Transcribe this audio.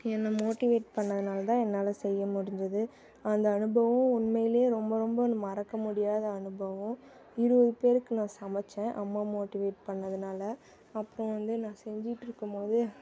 என்னை மோட்டிவேட் பண்ணிணதுனால தான் என்னால் செய்ய முடிஞ்சது அந்த அனுபவம் உண்மையிலேயே ரொம்ப ரொம்ப மறக்க முடியாத அனுபவம் இருபது பேருக்கு நான் சமைத்தேன் அம்மா மோட்டிவேட் பண்ணிணதுனால அப்புறோம் வந்து நான் செஞ்சுட்டு இருக்கும் போதே